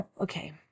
Okay